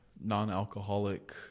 non-alcoholic